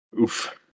Oof